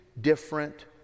different